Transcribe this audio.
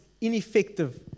ineffective